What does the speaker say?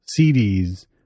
CDs